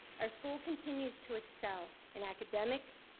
our school continues to excel in academics,